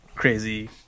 crazy